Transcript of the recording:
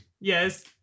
Yes